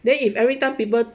then if everytime people